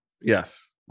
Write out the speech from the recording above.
Yes